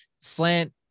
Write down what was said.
Slant